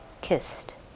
kissed